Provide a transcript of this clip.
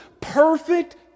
perfect